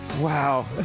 Wow